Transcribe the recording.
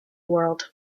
world